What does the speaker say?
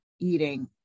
eating